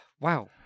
Wow